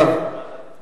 סעיפים 1 42 נתקבלו.